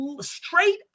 straight